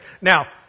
now